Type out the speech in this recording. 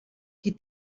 qui